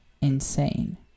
insane